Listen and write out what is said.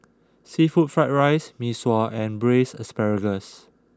Seafood Fried Rice Mee Sua and Braised Asparagus